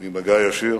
ממגע ישיר.